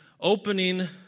opening